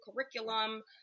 curriculum